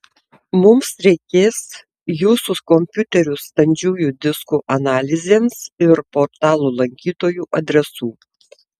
mums reikės jūsų kompiuterių standžiųjų diskų analizėms ir portalo lankytojų adresų